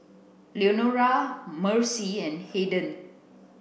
Leonora Marcie and Haden